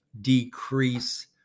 decrease